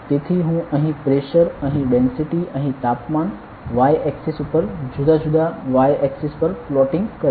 તેથી હું અહીં પ્રેશર અહીં ડેન્સિટી અહી તાપમાન y ઍક્સિસ ઉપર જુદા જુદા y ઍક્સિસ પર પ્લોટીંગ કરીશ